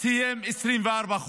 יכול לקבל, כי לא סיים 24 חודש.